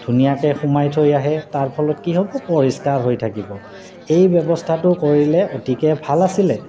ধুনীয়াকৈ সোমাই থৈ আহে তাৰ ফলত কি হ'ব পৰিষ্কাৰ হৈ থাকিব এই ব্যৱস্থাটো কৰিলে অতিকৈ ভাল আছিলে